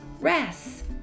rest